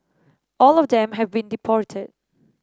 all of them have been deported